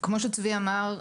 כמו שצבי אמר,